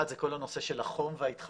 אחד, זה כל הנושא של החום וההתחממות.